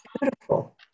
beautiful